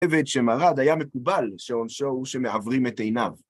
עבד שמרד היה מקובל שעונשו הוא שמעוורים את עיניו.